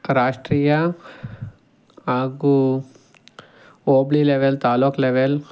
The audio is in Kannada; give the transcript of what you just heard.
ರಾಷ್ಟ್ರೀಯ ಹಾಗೂ ಹೋಬ್ಳಿ ಲೆವೆಲ್ ತಾಲೂಕ್ ಲೆವೆಲ್